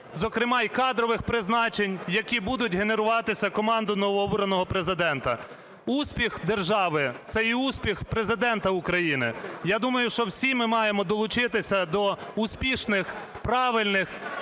зокрема, і кадрових призначень, які будуть генеруватися командою новообраного Президента. Успіх держави – це є успіх Президента України. Я думаю, що всі ми маємо долучитися до успішних, правильних,